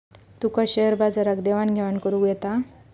तुका share बाजारात देवाण घेवाण करुक येता?